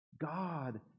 God